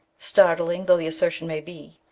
startling though the assertion may be,